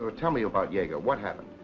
ah tell me about yager. what happened?